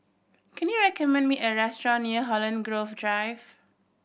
can you recommend me a restaurant near Holland Grove Drive